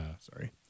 Sorry